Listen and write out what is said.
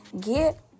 get